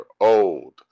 old